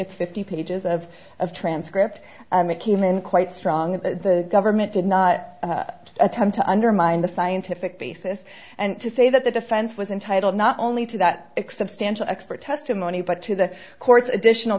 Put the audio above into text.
it's fifty pages of of transcript that came in quite strong and the government did not attempt to undermine the scientific basis and to say that the defense was entitled not only to that extent stanch expert testimony but to the court's additional